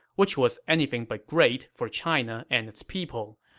which was anything but great for china and its people.